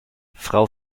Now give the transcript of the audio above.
frau